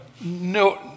no